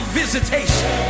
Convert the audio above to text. visitation